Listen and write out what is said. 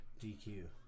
DQ